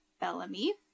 Bellamy